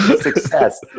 Success